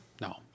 no